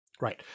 right